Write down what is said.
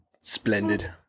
splendid